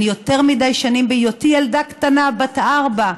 אני יותר מדי שנים, בהיותי ילדה קטנה בת ארבע,